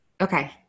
Okay